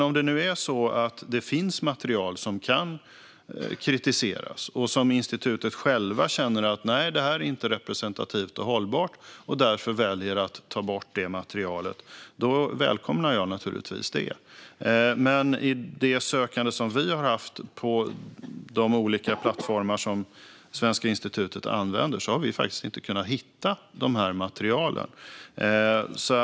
Om det nu är så att det finns material som kan kritiseras och som institutet självt känner inte är representativt och hållbart och därför väljer att ta bort välkomnar jag naturligtvis det. I det sökande som vi har haft på de olika plattformar som Svenska institutet använder har vi inte kunnat hitta de materialen.